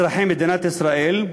הערבים אזרחי מדינת ישראל,